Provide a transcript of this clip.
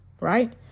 right